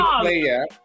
player